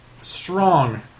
strong